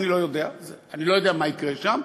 אני לא יודע מה יקרה שם.